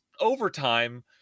overtime